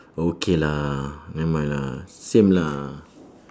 okay lah nevermind lah same lah